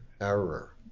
error